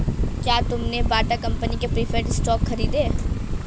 क्या तुमने Bata company के प्रिफर्ड स्टॉक खरीदे?